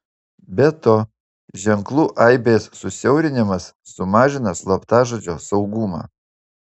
be to ženklų aibės susiaurinimas sumažina slaptažodžio saugumą